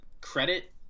credit